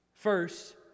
First